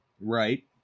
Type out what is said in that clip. Right